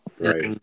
Right